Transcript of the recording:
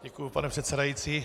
Děkuji, pane předsedající.